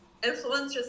influencers